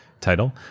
title